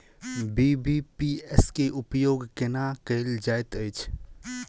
BBPS केँ उपयोग केना कएल जाइत अछि?